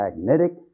magnetic